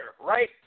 right